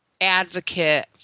advocate